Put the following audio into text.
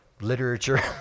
literature